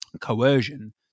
coercion